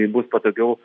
bus patogiau